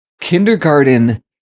kindergarten